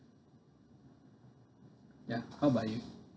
ya how about you